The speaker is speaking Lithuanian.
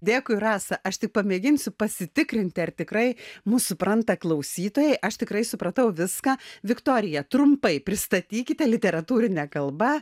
dėkui rasa aš tik pamėginsiu pasitikrinti ar tikrai mus supranta klausytojai aš tikrai supratau viską viktorija trumpai pristatykite literatūrine kalba